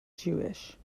jewish